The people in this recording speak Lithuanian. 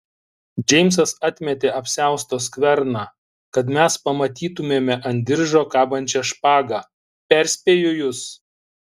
džeimsas atmetė apsiausto skverną kad mes pamatytumėme ant diržo kabančią špagą perspėju jus